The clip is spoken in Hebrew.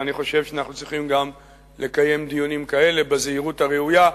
ואני חושב שאנחנו צריכים גם לקיים דיונים כאלה בזהירות הראויה,